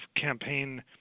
campaign